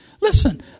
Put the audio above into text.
listen